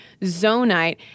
Zonite